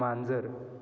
मांजर